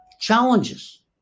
challenges